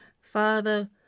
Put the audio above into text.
Father